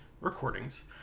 recordings